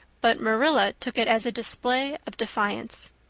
but marilla took it as a display of defiance.